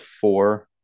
four